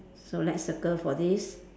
so let's circle for this